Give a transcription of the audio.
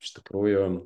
iš tikrųjų